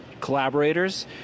collaborators